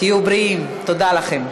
תהיו בריאים, תודה לכם.